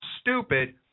stupid